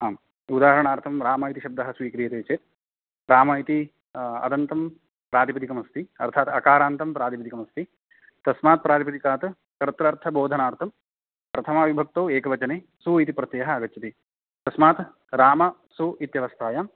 आम् उदाहरणार्थं राम इति शब्दः स्वीक्रियते चेत् राम इति अदन्तं प्रातिपदिकमस्ति अर्थात् अकारान्तं प्रातिपदिकमस्ति तस्मात् प्रातिपदिकात् कर्त्रर्थबोधनार्थं प्रथमाविभक्तौ एकवचने सु इति प्रत्ययः आगच्छति तस्मात् राम सु इत्यवस्थायाम्